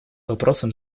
вопросом